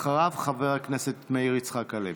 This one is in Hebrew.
אחריה, חבר הכנסת מאיר יצחק הלוי.